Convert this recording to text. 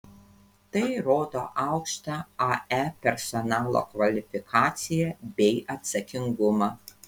tai rodo aukštą ae personalo kvalifikaciją bei atsakingumą